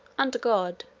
under god,